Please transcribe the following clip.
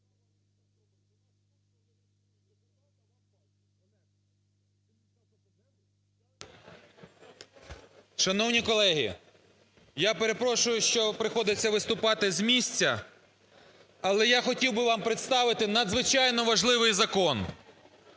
Шановні колеги, я перепрошую, що приходиться виступати з місця, але я хотів би вам представити надзвичайно важливий закон